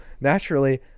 naturally